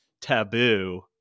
taboo